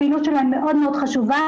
הפעילות שלהם מאוד מאוד חשובה,